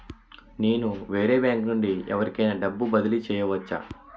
నేను వేరే బ్యాంకు నుండి ఎవరికైనా డబ్బు బదిలీ చేయవచ్చా?